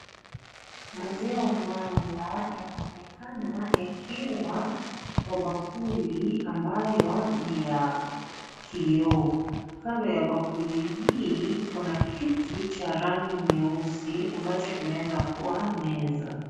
Maziwa mala yanaonekana yakiwa Kwa bakuli ambayo ni ya kioo. Kando ya bakuli hii kuna kitu cha rangi nyeusi ambacho kinaezakuwa meza.